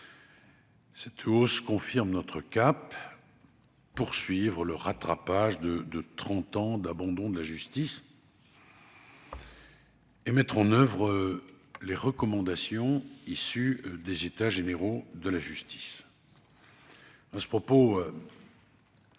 Elle confirme notre cap : continuer le rattrapage de trente ans d'abandon de la justice et mettre en oeuvre les recommandations issues des États généraux de la justice.